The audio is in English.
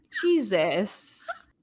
Jesus